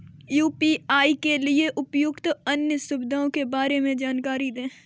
UPI के लिए उपलब्ध अन्य सुविधाओं के बारे में जानकारी दें?